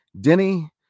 Denny